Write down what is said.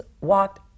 walked